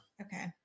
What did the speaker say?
Okay